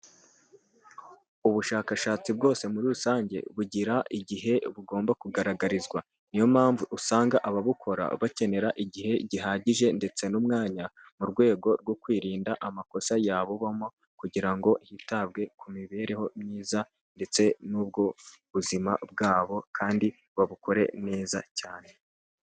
Ubushakashatsi bwose muri rusange bugira igihe bugomba kugaragarizwa, niyo mpamvu usanga ababukora bakenera igihe gihagije ndetse n'umwanya mu rwego rwo kwirinda amakosa yabubamo kugira ngo hitabwe ku mibereho myiza, ndetse n'ubwo buzima bwabo kandi babukore neza cyane.